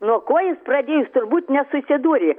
nuo ko jis pradėjo jis turbūt nesusidūrė